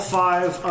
five